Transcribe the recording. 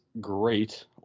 great